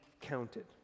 counted